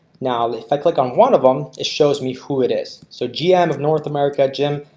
now if i click on one of them, it shows me who it is. so gm of north america jim.